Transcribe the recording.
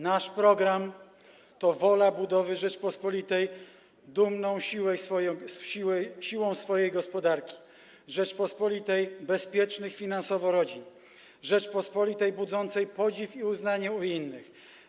Nasz program to wola budowy Rzeczypospolitej dumnej siłą swojej gospodarki, Rzeczypospolitej bezpiecznych finansowo rodzin, Rzeczypospolitej budzącej podziw i uznanie innych,